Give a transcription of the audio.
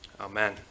Amen